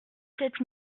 sept